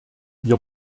wir